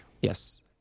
Yes